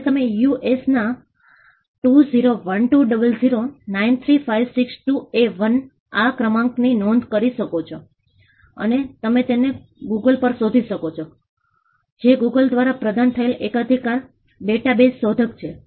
તેથી આપણે માહિતીમાંથી સુધારણા તરફ આગળ વધવાની જરૂર છે અને આપણે કેટલાક શક્ય પરિણામ પણ જોવાની જરૂર છે તેથી જ લોકો પોતાને ભાગ લેવા માટે પ્રોત્સાહિત કરી શકે છે અને એક્સરસાઇઝ ખૂબ આનંદની હોવી જોઈએ તે પહેલેથી જ ગંભીર બાબત છે